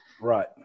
right